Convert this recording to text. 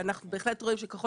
ואנחנו בהחלט רואים שככל